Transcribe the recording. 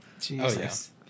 Jesus